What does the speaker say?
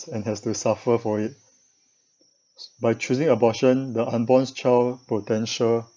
and has to suffer for it by choosing abortion the unborn child potential